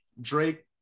Drake